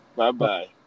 Bye-bye